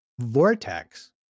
vortex